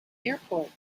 airport